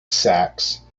sacks